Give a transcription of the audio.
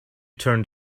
turned